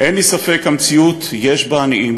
אין לי ספק, המציאות, יש בה עניים,